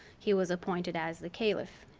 he was appointed as the caliph.